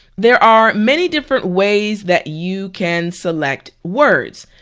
there are many different ways that you can select words.